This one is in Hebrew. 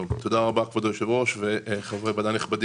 שלום לכולם, תודה ליושב-ראש ולחברי הוועדה.